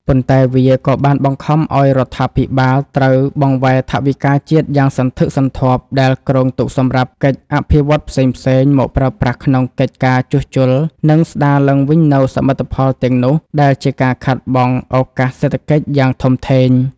ប៉ុន្តែវាក៏បានបង្ខំឱ្យរដ្ឋាភិបាលត្រូវបង្វែរថវិកាជាតិយ៉ាងសន្ធឹកសន្ធាប់ដែលគ្រោងទុកសម្រាប់កិច្ចអភិវឌ្ឍន៍ផ្សេងៗ មកប្រើប្រាស់ក្នុងកិច្ចការជួសជុល និងស្ដារឡើងវិញនូវសមិទ្ធផលទាំងនោះ ដែលជាការខាតបង់ឱកាសសេដ្ឋកិច្ចយ៉ាងធំធេង។